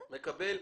מקבל.